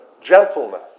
gentleness